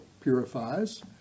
purifies